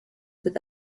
with